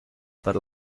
per